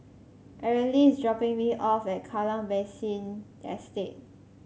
Areli is dropping me off at Kallang Basin Estate